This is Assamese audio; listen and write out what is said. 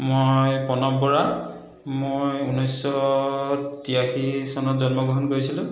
মই প্ৰণৱ বৰা মই ঊনৈছশ তিৰাশী চনত জন্মগ্ৰহণ কৰিছিলোঁ